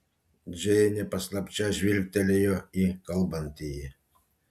džeinė paslapčia žvilgtelėjo į kalbantįjį